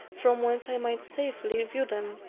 from whence i might safely view them.